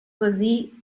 così